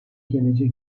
gelecek